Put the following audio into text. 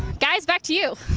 guys, back to you.